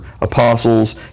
apostles